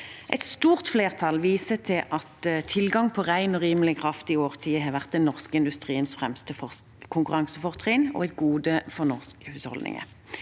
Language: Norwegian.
Et stort flertall viser til at tilgang på ren og rimelig kraft i årtier har vært den norske industriens fremste konkurransefortrinn og et gode for norske husholdninger.